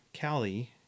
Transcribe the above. Callie